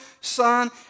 Son